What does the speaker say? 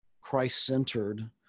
Christ-centered